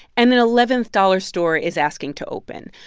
and an eleventh dollar store is asking to open.